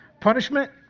Punishment